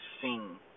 sing